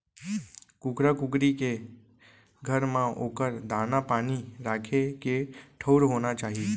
कुकरा कुकरी के घर म ओकर दाना, पानी राखे के ठउर होना चाही